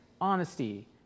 honesty